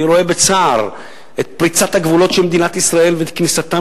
אני רואה בצער את פריצת הגבולות של מדינת ישראל ואת כניסתם